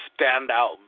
standout